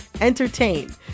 entertain